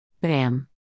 Bam